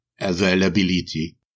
availability